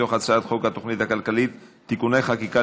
מתוך הצעת חוק התוכנית הכלכלית (תיקוני חקיקה